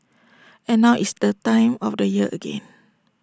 and now it's that time of the year again